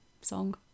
song